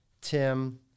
Tim